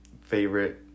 favorite